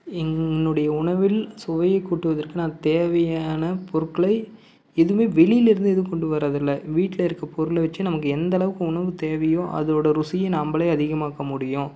என்னுடைய உணவில் சுவையை கூட்டுவதற்கு நான் தேவையான பொருட்களை எதுவும் வெளியிலேருந்து எதுவும் கொண்டு வர்றதில்லை வீட்டில் இருக்க பொருளை வைச்சே நமக்கு எந்த அளவுக்கு உணவு தேவையோ அதனோட ருசியும் நம்மளே அதிகமாக்க முடியும்